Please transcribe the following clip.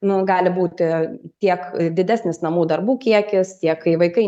nu gali būti tiek didesnis namų darbų kiekis tiek kai vaikai